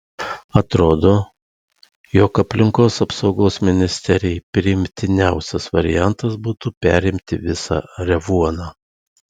atrodo jog aplinkos apsaugos ministerijai priimtiniausias variantas būtų perimti visą revuoną